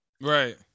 right